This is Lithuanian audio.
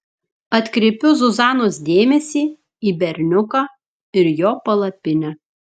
atkreipiu zuzanos dėmesį į berniuką ir jo palapinę